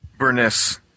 burness